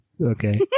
Okay